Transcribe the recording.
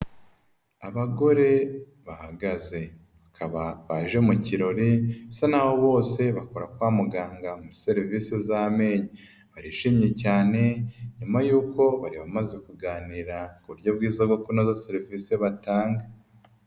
Abagore bahagaze, bakaba baje mu kirori bisa n'aho bose bakora kwa muganga serivisi z'amenyo. Barishimye cyane nyuma y'uko bari bamaze kuganira ku buryo bwiza bwo kunoza serivisi batanga.